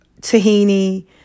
tahini